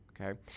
okay